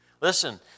Listen